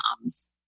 moms